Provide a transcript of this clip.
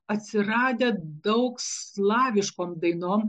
atsiradę daug slaviškom dainom